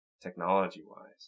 technology-wise